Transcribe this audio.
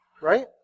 Right